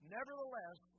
Nevertheless